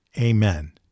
Amen